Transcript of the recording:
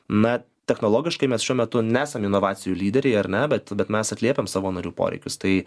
na technologiškai mes šiuo metu nesam inovacijų lyderiai ar ne bet bet mes atliepiam savo narių poreikius tai